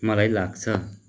मलाई लाग्छ